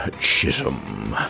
Chisholm